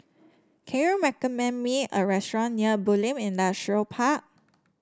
can you recommend me a restaurant near Bulim Industrial Park